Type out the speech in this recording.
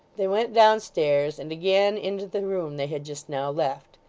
they went downstairs, and again into the room they had just now left.